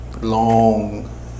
Long